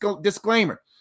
disclaimer